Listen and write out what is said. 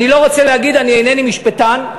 אינני משפטן,